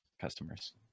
customers